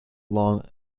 long